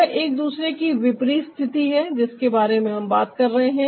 यह एक दूसरे की विपरीत स्थिति है जिसके बारे में हम बात कर रहे हैं